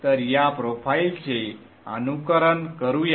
तर या प्रोफाइल चे अनुकरण करूया